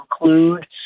include